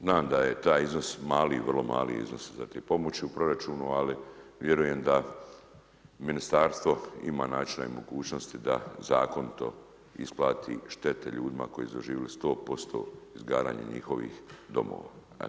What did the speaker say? Znam da je taj iznos mali i vrlo mali iznos za te pomoći u proračunu, ali vjerujem da ministarstvo ima načina i mogućnosti da zakon to isplati štete ljudima koji su doživjeli 100% izgaranje njihovih domova.